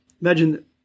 Imagine